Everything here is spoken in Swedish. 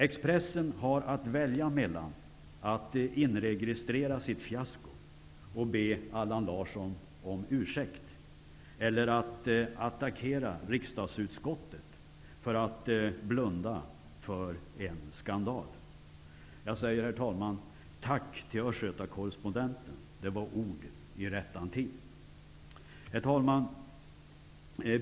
- Tidningen har att välja mellan att inregistrera sitt fiasko och be Allan Larsson om ursäkt eller att attackera riksdagsutskottet för att blunda för en skandal.'' Herr talman! Jag säger tack till Östgöta Correspondenten. Det var ord i rättan tid. Herr talman!